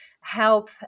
help